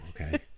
okay